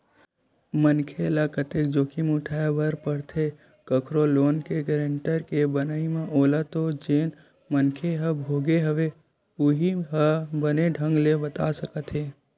मनखे ल कतेक जोखिम उठाय बर परथे कखरो लोन के गारेंटर के बनई म ओला तो जेन मनखे ह भोगे हवय उहीं ह बने ढंग ले बता सकत हे